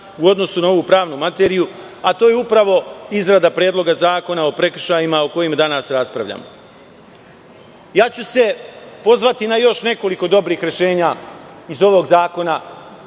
u odnosu na ovu pravnu materiju, a to je upravo izrada Predloga zakona o prekršajima o kojem danas raspravljamo. Pozvaću se na još nekoliko dobrih rešenja i ovog zakona